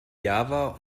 java